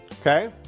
Okay